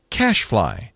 cashfly